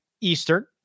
Eastern